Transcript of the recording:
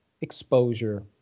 exposure